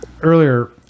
Earlier